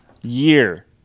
Year